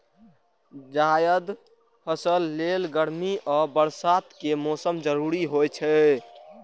जायद फसल लेल गर्मी आ बरसात के मौसम जरूरी होइ छै